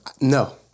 No